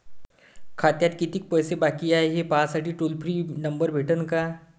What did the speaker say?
खात्यात कितीकं पैसे बाकी हाय, हे पाहासाठी टोल फ्री नंबर भेटन का?